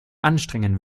anstrengen